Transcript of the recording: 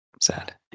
sad